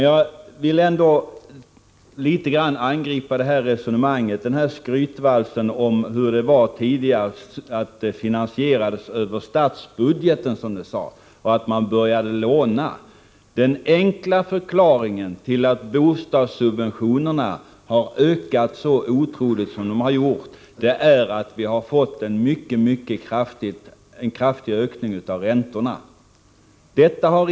Jag vill litet grand angripa den här skrytvalsen om att finansieringen tidigare gick över statsbudgeten, som det sades, och att borgerliga regeringar började låna. Den enkla förklaringen till att bostadssubventionerna har ökat så otroligt som de har gjort är att vi har fått en kraftig ökning av räntorna.